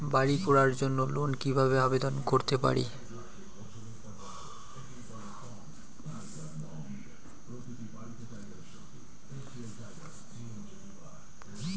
বাড়ি করার জন্য লোন কিভাবে আবেদন করতে পারি?